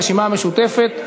הרשימה המשותפת,